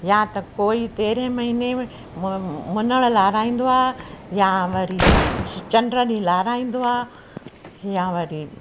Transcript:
या त कोई तेरहें महिने में मुञणु लहाराईंदो आहे या वरी च चंड ॾीहुं लहाराईंदो आहे या वरी